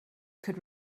could